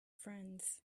friends